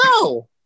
No